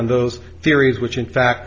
on those theories which in fact